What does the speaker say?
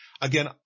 again